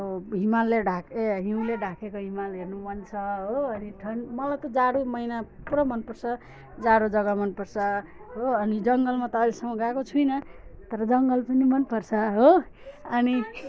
हिमालले ढाके ए हिउँले ढाकेको हिमाल हेर्नु मन छ हो अनि मन मलाई त जाडो महिना पुरा मनपर्छ जाडो जग्गा मनपर्छ हो अनि जङ्गलमा त अहिलेसम्म गएको छुइनँ तर जङ्गल पनि मनपर्छ हो अनि